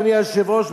אדוני היושב-ראש,